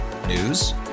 News